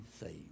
saved